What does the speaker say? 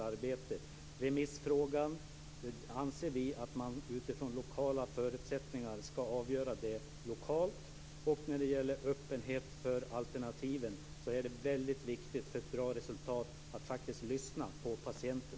I remissfrågan anser vi att man utifrån lokala förutsättningar skall fälla avgörandet på lokal nivå. I fråga om öppenhet för alternativen är det för ett bra resultat väldigt viktigt att lyssna på patienten.